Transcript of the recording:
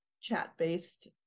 chat-based